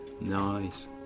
nice